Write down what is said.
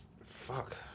Fuck